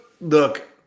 look